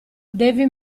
devi